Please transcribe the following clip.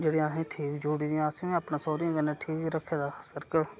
जेह्ड़ी अहें ठीक जुड़ी दियां असें बी अपने सैह्रिये कन्नै ठीक रक्खे दा सर्कल